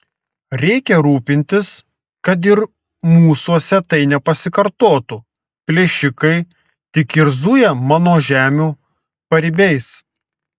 reikia rūpintis kad ir mūsuose tai nepasikartotų plėšikai tik ir zuja mano žemių paribiais